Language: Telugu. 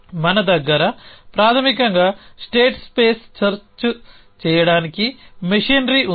మన దగ్గర ప్రాథమికంగా స్టేట్ స్పేస్ సెర్చ్ చేయడానికి మెషినరీ ఉంది